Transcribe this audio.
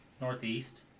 northeast